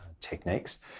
techniques